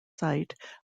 site